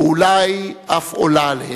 ואולי אף עולה עליהן.